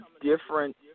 different